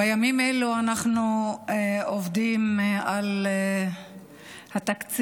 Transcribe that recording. בימים אלו אנחנו עובדים על התקציב,